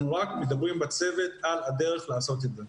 אנחנו רק מדברים בצוות על הדרך לעשות את זה.